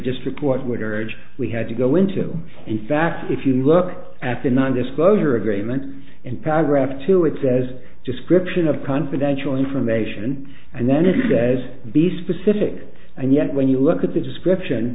urge we had to go into in fact if you look at the nondisclosure agreement and paragraph two it says description of confidential information and then it says be specific and yet when you look at the description